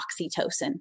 oxytocin